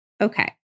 Okay